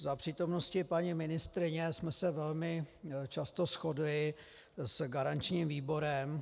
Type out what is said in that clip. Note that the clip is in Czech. Za přítomnosti paní ministryně jsme se velmi často shodli s garančním výborem.